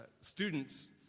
students